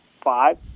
five